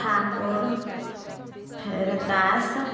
ठाकुर फेर दास